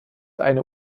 eine